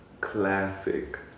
classic